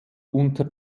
unter